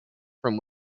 from